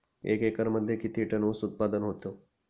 एका एकरमध्ये किती टन ऊस उत्पादन होतो?